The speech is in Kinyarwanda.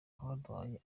abaduhaye